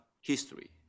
history